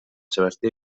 sebastià